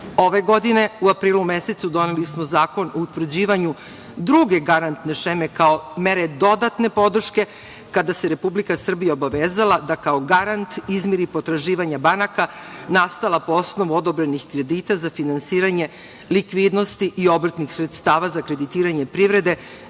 Ove godine u aprilu mesecu doneli smo Zakon o utvrđivanju druge garantne šeme, kao mere dodatne podrške, kada se Republika Srbija obavezala da kao garant izmiri potraživanja banaka, nastala po osnovu odobrenih kredita za finansiranje likvidnosti i obrtnih sredstava za kreditiranje privrede